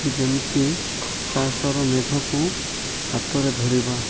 କି ଯେମିତି ଚାଷର ମେଘକୁ ହାତରେ ଧରିବା